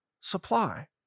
supply